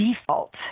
default